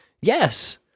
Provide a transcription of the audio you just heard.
Yes